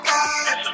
God